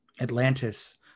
Atlantis